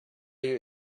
you